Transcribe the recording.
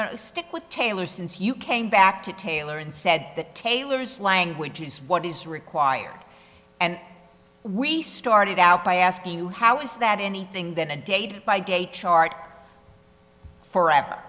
stick with taylor since you came back to taylor and said that taylor's language is what is required and we started out by asking you how is that anything than a dated by gay chart forever